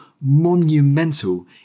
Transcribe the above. monumental